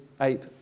ape